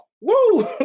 Woo